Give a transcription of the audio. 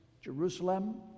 Jerusalem